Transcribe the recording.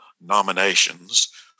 nominations